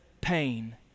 pain